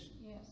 Yes